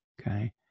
okay